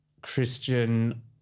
Christian